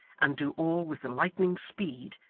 and do all with the lightning's speed,